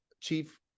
Chief